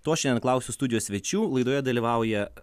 to šiandien klausiu studijos svečių laidoje dalyvauja